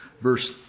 verse